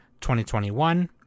2021